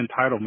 entitlement